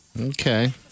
Okay